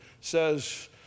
says